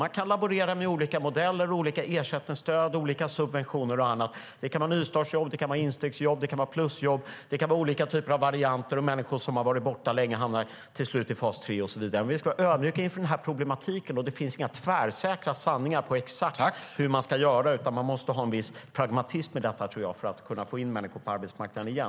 Man kan laborera med olika modeller, olika ersättningsstöd, olika subventioner och annat. Det kan vara nystartsjobb, instegsjobb, plusjobb och olika varianter, och människor som har varit borta länge från arbetsmarknaden hamnar till slut i fas 3 och så vidare. Men vi ska vara ödmjuka inför denna problematik. Det finns inga tvärsäkra sanningar om exakt hur man ska göra, utan jag tror att man måste ha en viss pragmatism för att kunna få in människor på arbetsmarknaden igen.